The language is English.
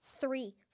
three